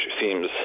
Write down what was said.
seems